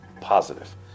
positive